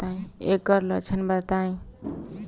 ऐकर लक्षण बताई?